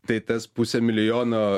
tai tas pusė milijono